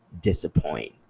disappoint